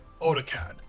AutoCAD